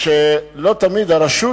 שלא תמיד הרשות